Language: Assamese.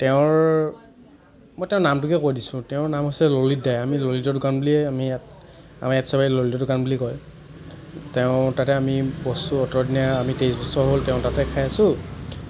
তেওঁৰ মই তেওঁৰ নামটোকে কৈ দিছোঁ তেওঁৰ নাম হৈছে ললিত দাই আমি ললিতৰ দোকান বুলিয়ে আমি ইয়াত আমাৰ ইয়াত চবে ললিতৰ দোকান বুলি কয় তেওঁ তাতে আমি বস্তু অতদিনে আমি তেইছ বছৰ হ'ল তেওঁ তাতে খায় আছোঁ